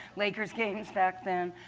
lakers games back then.